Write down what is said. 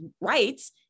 rights